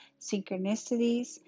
synchronicities